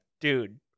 dude